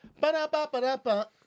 Ba-da-ba-ba-da-ba